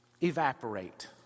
Evaporate